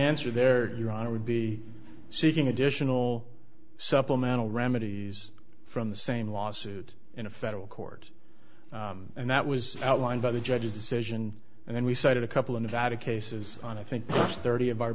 answer there your honor would be seeking additional supplemental remedies from the same lawsuit in a federal court and that was outlined by the judge's decision and then we cited a couple in nevada cases on i think thirty of our